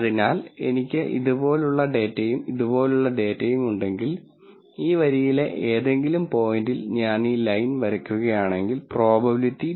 അതിനാൽ എനിക്ക് ഇതുപോലുള്ള ഡാറ്റയും ഇതുപോലുള്ള ഡാറ്റയും ഉണ്ടെങ്കിൽ ഈ വരിയിലെ ഏതെങ്കിലും പോയിന്റിൽ ഞാൻ ഈ ലൈൻ വരയ്ക്കുകയാണെങ്കിൽ പ്രോബബിലിറ്റി 0